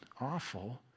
awful